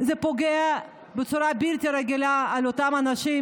זה פוגע בצורה בלתי רגילה באותם אנשים,